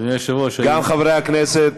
אדוני היושב-ראש, גם חברי הכנסת.